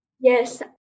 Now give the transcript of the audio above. Yes